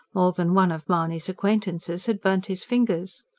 more than one of mahony's acquaintances had burnt his fingers.